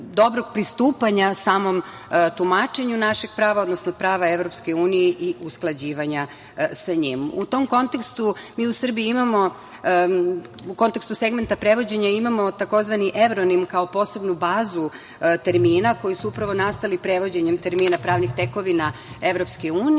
dobrog pristupanja samom tumačenju našeg prava, odnosno prava Evropske unije i usklađivanja sa njim.U tom kontekstu, u kontekstu segmenta prevođenja imamo tzv. evronim kao posebnu bazu termina koji su upravo nastali prevođenjem termina pravnih tekovina Evropske unije